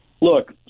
look